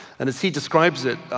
and as he describes it,